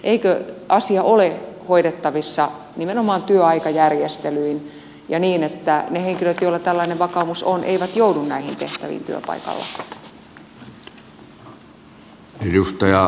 eikö asia ole hoidettavissa nimenomaan työaikajärjestelyin ja niin että ne henkilöt joilla tällainen vakaumus on eivät joudu näihin tehtäviin työpaikallaan